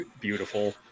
beautiful